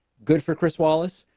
good for chris wallace,